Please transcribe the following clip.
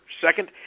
Second